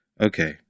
Okay